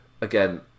again